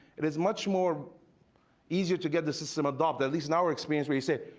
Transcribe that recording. it is much more easier to get the system adopt. at least in our experience we say,